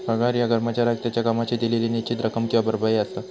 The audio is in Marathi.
पगार ह्या कर्मचाऱ्याक त्याच्यो कामाची दिलेली निश्चित रक्कम किंवा भरपाई असा